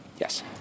Yes